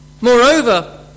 Moreover